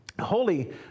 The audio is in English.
Holy